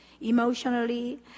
emotionally